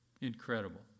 Incredible